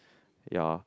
ya